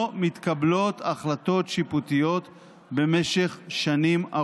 לא מתקבלות החלטות שיפוטיות במשך שנים.